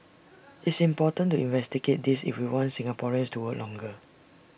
it's important to investigate this if we want Singaporeans to work longer